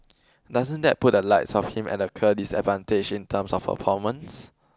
doesn't that put a lights of him at a clear disadvantage in terms of performance